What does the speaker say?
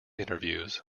interviews